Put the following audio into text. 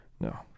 No